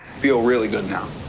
feel really good now.